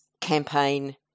campaign